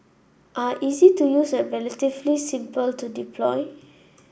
are easy to use and relatively simple to deploy